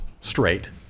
straight